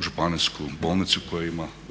županijsku bolnicu koja ima